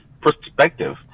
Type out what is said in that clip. perspective